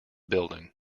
building